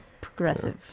progressive